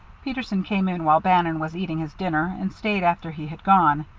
peterson came in while bannon was eating his dinner and stayed after he had gone.